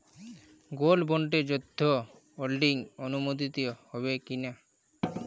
Gold বন্ডে যৌথ holding অনুমোদিত হবে কিনা?